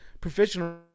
professional